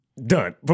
done